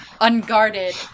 unguarded